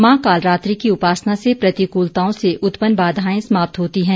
मां काल रात्रि की उपासना से प्रतिकूलताओं से उत्पन्न बाधाएं समाप्त होती हैं